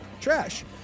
trash